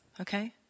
okay